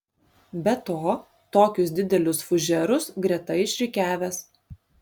be to tokius didelius fužerus greta išrikiavęs